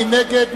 מי נגד?